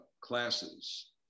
classes